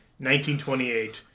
1928